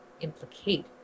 implicate